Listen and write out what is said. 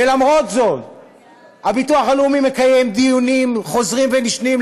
ולמרות זאת הביטוח הלאומי מקיים דיונים חוזרים ונשנים,